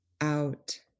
out